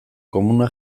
komunak